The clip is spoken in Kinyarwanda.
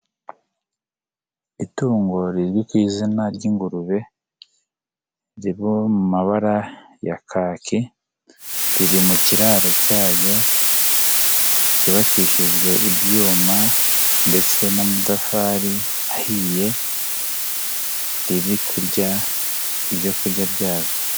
Itungo rizwi ku izina ry'ingurube, riba mu mabara ya kake, riri mu kiraro cyaryo, cyubakishijwe ibyuma ndetse n'amatafari ahiye, ririku kurya ibyokurya byazo.